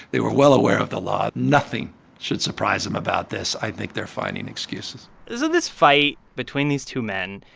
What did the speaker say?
they were well aware of the law. nothing should surprise them about this. i think they're finding excuses and so this fight between these two men,